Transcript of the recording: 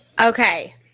Okay